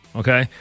okay